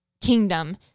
kingdom